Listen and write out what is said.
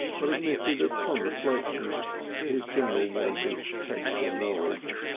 but admitted upon reflection his general want of technical knowledge.